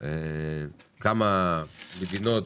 כמה מדינות